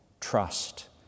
trust